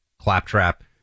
claptrap